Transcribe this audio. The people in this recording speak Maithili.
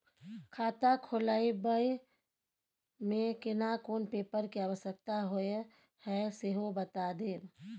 खाता खोलैबय में केना कोन पेपर के आवश्यकता होए हैं सेहो बता देब?